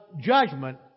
judgment